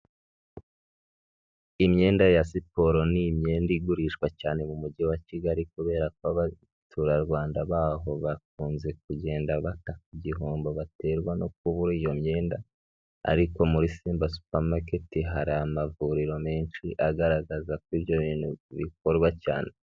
Imyenda ya siporo ni imyenda igurishwa cyane mu mujyi wa Kigali, kubera ko abaturarwanda baho bakunze kugenda bata igihombo baterwa no kubura iyo myenda, ariko muri simba supamaketi hari amavuriro menshi agaragaza ko ibyo bintu bikorwa cyane.